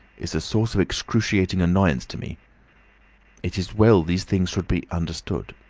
is a source of excruciating annoyance to me it is well these things should be understood.